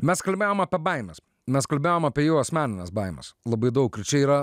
mes kalbėjom apie baimes mes kalbėjom apie jų asmenines baimes labai daug ir čia yra